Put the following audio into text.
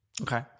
Okay